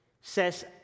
says